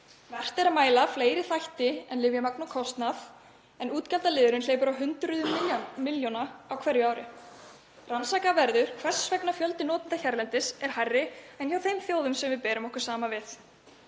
Vert er að mæla fleiri þætti en lyfjamagn og kostnað, en útgjaldaliðurinn hleypur á hundruðum milljóna á hverju ári. Rannsaka verður hvers vegna fjöldi notenda hérlendis er meiri en hjá þeim þjóðum sem við berum okkur saman við.